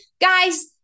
guys